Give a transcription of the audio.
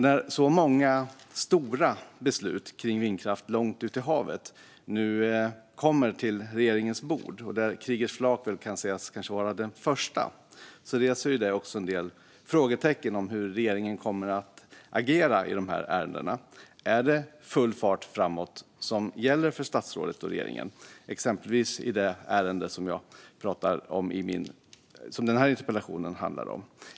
När så många stora beslut om vindkraft långt ute i havet nu kommer till regeringens bord, där Kriegers flak är det första, reser det en del frågetecken om hur regeringen kommer att agera i ärendena. Är det full fart framåt som gäller för statsrådet och regeringen, exempelvis i det ärende som min interpellation gäller?